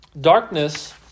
Darkness